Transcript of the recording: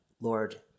Lord